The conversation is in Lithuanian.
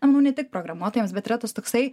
manau ne tik programuotojams bet yra tas toksai